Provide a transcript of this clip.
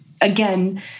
again